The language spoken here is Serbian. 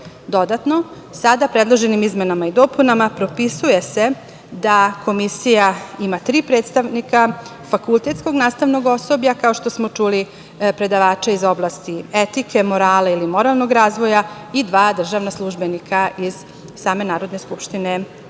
sada predloženim izmenama i dopunama, propisuje se da komisija ima tri predstavnika fakultetskog nastavnog osoblja, kao što smo čuli, predavača iz oblasti etike, morala ili moralnog razvoja i dva državna službenika iz same službe Narodne skupštine